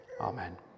amen